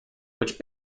which